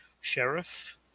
sheriff